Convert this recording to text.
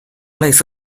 类似